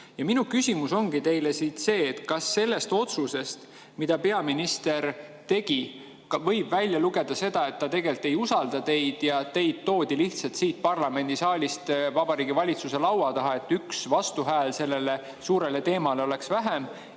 toeta. Minu küsimus ongi teile see: kas sellest otsusest, mille peaminister tegi, võib välja lugeda seda, et ta tegelikult ei usalda teid ja teid toodi lihtsalt siit parlamendisaalist Vabariigi Valitsuse laua taha, et oleks üks vastuhääl selle suure teema puhul vähem?